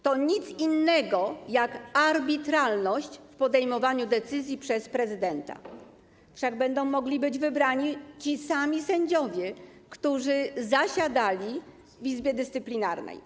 To nic innego jak arbitralność w podejmowaniu decyzji przez prezydenta, wszak będą mogli być wybrani ci sami sędziowie, którzy zasiadali w Izbie Dyscyplinarnej.